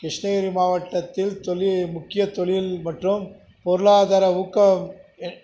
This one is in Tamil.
கிருஷ்ணகிரி மாவட்டத்தில் தொழி முக்கியத் தொழில் மற்றும் பொருளாதார ஊக்கம் எ